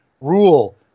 Rule